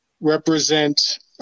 represent